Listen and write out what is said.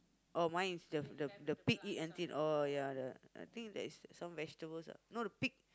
oh my is the the the pig eat until all ya the I think that is the some vegetables ah no the pig